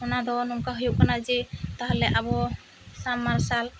ᱚᱱᱟ ᱫᱚ ᱱᱚᱝᱠᱟ ᱦᱩᱭᱩᱜ ᱠᱟᱱᱟ ᱡᱮ ᱛᱟᱦᱞᱮ ᱟᱵᱚ ᱥᱟᱢᱟᱨᱥᱟᱞ